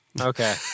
Okay